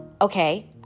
okay